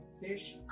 Fish